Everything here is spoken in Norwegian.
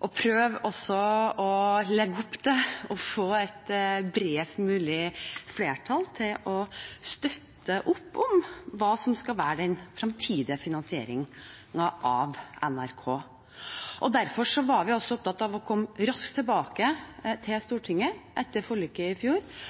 å prøve å legge opp til å få et bredest mulig flertall for å støtte opp om det som skal være den framtidige finansieringen av NRK. Derfor var vi opptatt av å komme raskt tilbake til Stortinget etter forliket i fjor.